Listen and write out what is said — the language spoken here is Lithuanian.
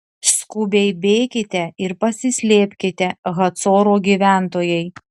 skubiai bėkite ir pasislėpkite hacoro gyventojai